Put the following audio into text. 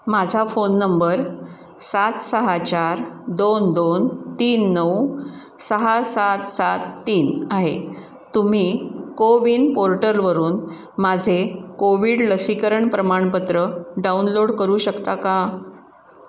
माझा phone number सात सहा चार दोन दोन तीन नऊ सहा सात सात तीन आहे तुम्ही कोविन पोर्टलवरून माझे कोविड लसीकरण प्रमाणपत्र डाउनलोड करू शकता का